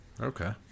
Okay